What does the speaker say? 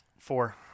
four